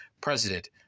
president